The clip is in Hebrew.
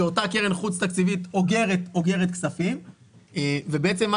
שאותה קרן חוץ תקציבית אוגרת כספים ובעצם מה